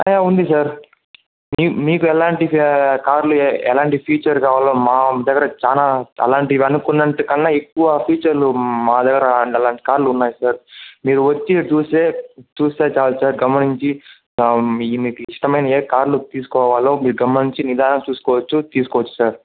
ఆ ఉంది సార్ మీ మీకు ఎలాంటి ఫీ కార్లు ఎలాంటి ఫీచర్ కావాలో మా దగ్గర చాలా అలాంటివనుకున్నంత కన్నా ఎక్కువ ఫీచర్లు మాదగ్గర అన్ని అలాంటి కార్లున్నాయి సార్ మీరు వచ్చి చూసే చూస్తే చాలు సార్ గమనించి మీకిష్టమైనియే కార్లు తీసుకోవాలో మీరు గమనించి నిదానంగా చూసుకోవచ్చు తీసుకోవచ్చు సార్